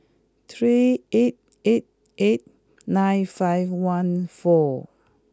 three eight eight eight nine five one four